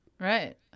Right